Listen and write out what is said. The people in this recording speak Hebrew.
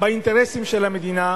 באינטרסים של המדינה,